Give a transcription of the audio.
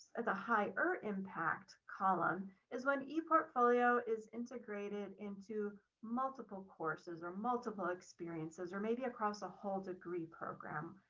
at the higher impact column is when he portfolio is integrated into multiple courses or multiple experiences, or maybe across a whole degree program,